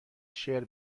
شعر